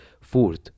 fourth